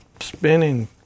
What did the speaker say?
spinning